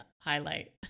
highlight